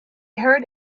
heard